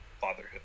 fatherhood